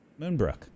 Moonbrook